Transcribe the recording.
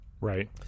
right